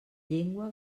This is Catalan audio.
llengua